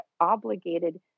obligated